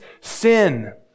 sin